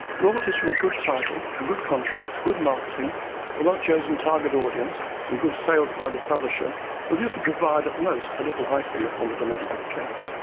royalties from a good title, a good contract, good marketing, a well-chosen target audience and good sales by the publisher will usually provide at most a little icing upon the domestic cake.